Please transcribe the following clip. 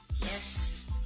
Yes